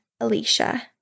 Alicia